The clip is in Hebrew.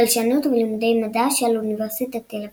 בלשנות ולימודי מדע של אוניברסיטת תל אביב.